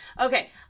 Okay